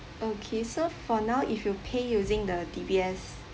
okay so for now if you pay using the D_B_S